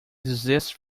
desist